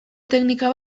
teknika